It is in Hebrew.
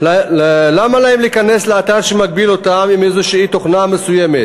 למה להם להיכנס לאתר שמגביל אותם עם איזושהי תוכנה מסוימת